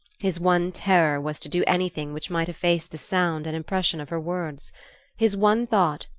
his one terror was to do anything which might efface the sound and impression of her words his one thought,